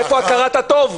"איפה הכרת הטוב"?